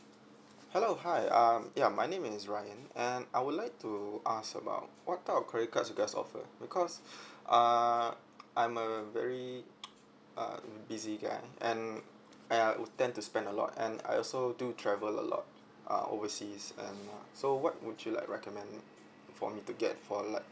hello hi um ya my name is ryan and I would like to ask about what type of credit cards you guys offer because uh I'm a very uh busy guy and I would tend to spend a lot and I also do travel a lot uh overseas and uh so what would you like recommend for me to get for like